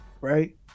right